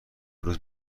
روز